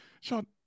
Sean